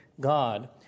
God